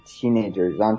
teenagers